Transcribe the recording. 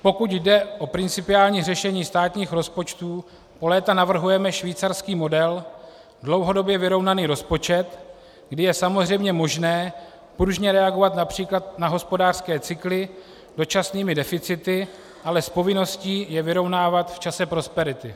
Pokud jde o principiální řešení státních rozpočtů, po léta navrhujeme švýcarský model, dlouhodobě vyrovnaný rozpočet, kdy je samozřejmě možné pružně reagovat např. na hospodářské cykly dočasnými deficity, ale s povinností je vyrovnávat v čase prosperity.